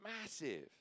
massive